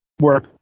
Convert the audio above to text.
work